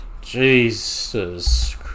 Jesus